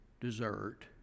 desert